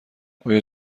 آیا